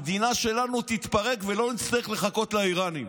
המדינה שלנו תתפרק, ולא נצטרך לחכות לאיראנים.